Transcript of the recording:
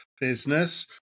business